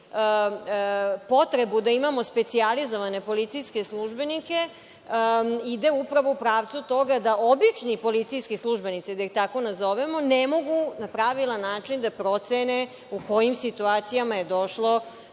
potrebu da imamo specijalizovane policijske službenike ide upravo u pravcu toga da obični policijski službenici, da ih tako nazovemo, ne mogu na pravilan način da procene u kojim situacijama je došlo